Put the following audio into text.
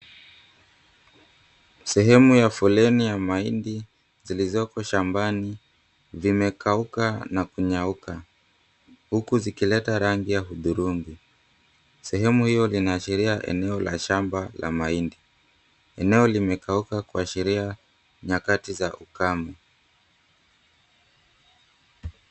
Sehemu ya foleni ya mahindi zilizoko shambani vimekauka na kunyauka huku zikileta rangi ya hudhurungi. Sehemu hiyo linaashiria eneo la shamba la mahindi. Eneo limekauka kwa ashiria nyakati za ukame.